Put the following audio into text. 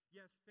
Yes